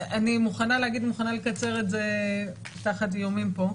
אני מוכנה להגיד שאני מוכנה לקצר את זה תחת איומים פה,